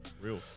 Real